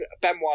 Benoit